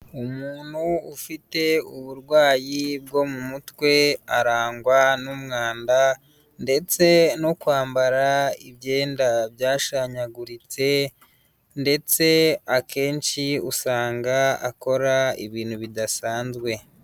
Umuntu ufite uburwayi bwo mu mutwe arangwa n'umwanda ndetse no kwambara ibyenda byashanyaguritse ndetse akenshi usanga akora ibintu bidasanzwe.